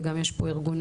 וגם יש פה ארגוני